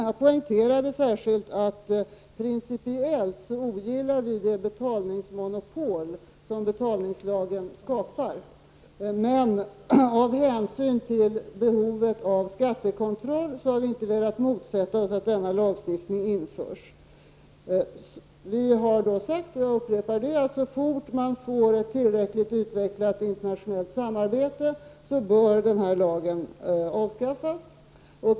Jag poängterade särskilt att vi principiellt ogillar det betalningsmonopol som betalningslagen skapar, men av hänsyn till behovet av skattekontroll har vi inte velat motsätta oss att denna lagstiftning införs. Vi har sagt, och jag upprepar det, att så fort man får ett tillräckligt utvecklat internationellt samarbete bör den här lagen avskaffas.